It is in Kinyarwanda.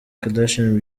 kardashian